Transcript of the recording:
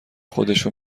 خودشو